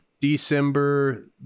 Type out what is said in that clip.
december